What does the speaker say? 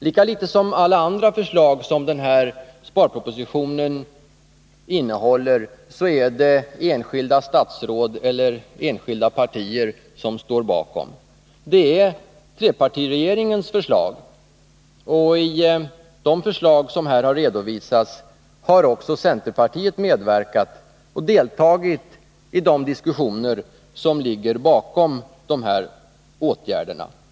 Lika litet som alla andra förslag som sparpropositionen innehåller är det enskilda statsråd eller enskilda partier som står bakom. Det är fråga om förslag från trepartiregeringen, och även centerpartiet har deltagit i de diskussioner som ligger bakom de åtgärder som nu redovisats.